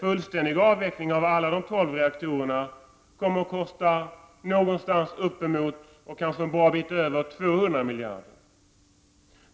En fullständig avveckling av alla tolv reaktorer kommer att kosta någonstans uppemot — kanske en bra bit över — 200 miljarder kronor.